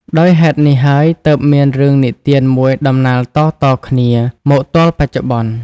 ដោយហេតុនេះហើយទើបមានរឿងនិទានមួយដំណាលតៗគ្នា មកទល់បច្ចុប្បន្ន ។